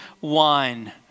wine